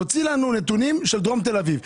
תוציא לנו נתונים של דרום תל אביב.